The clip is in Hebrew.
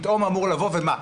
פתאום אמור ומה?